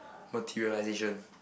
materialisation